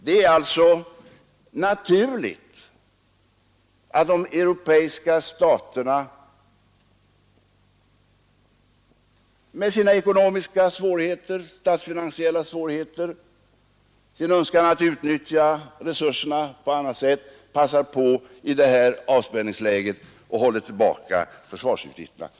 Det är naturligt att de europeiska staterna, med sina statsfinansiella svårigheter och sin önskan att utnyttja resurserna på annat sätt, i nuvarande avspänningsläge passar på att hålla tillbaka försvarsutgifterna.